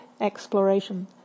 exploration